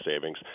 savings